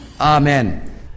Amen